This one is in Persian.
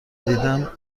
دیدم